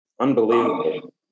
Unbelievable